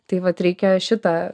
tai vat reikėjo šitą